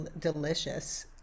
delicious